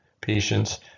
patients